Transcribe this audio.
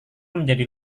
menjadi